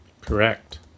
Correct